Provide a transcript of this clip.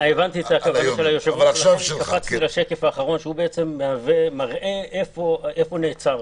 השקף האחרון מראה איפה נעצרנו.